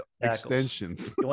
extensions